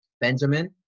Benjamin